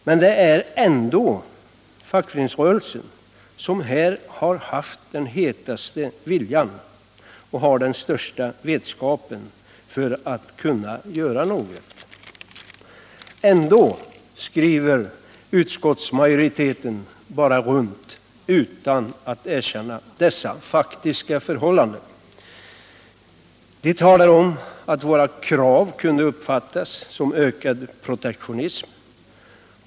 Men det är ändå fackföreningsrörelsen som här haft den hetaste viljan och har den största vetskapen för att kunna göra något. Men utskottsmajoriteten skriver bara runt utan att erkänna dessa faktiska förhållanden. Man talar om att våra krav kunde uppfattas som ökad protektionism.